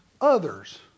others